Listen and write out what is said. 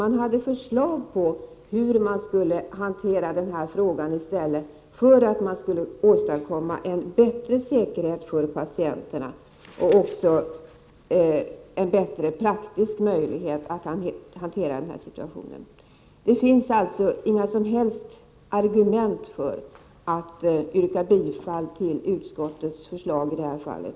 Man hade förslag på hur frågan i stället skulle hanteras, för att man skulle åstadkomma en bättre säkerhet för patienterna och också en bättre praktisk möjlighet att hantera situationen. Det finns alltså inga som helst argument för att yrka bifall till utskottets förslag i det här fallet.